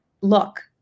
look